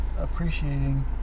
appreciating